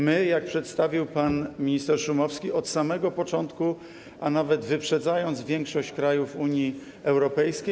My - jak przedstawił pan minister Szumowski - od samego początku, a nawet wyprzedzając większość krajów Unii Europejskiej.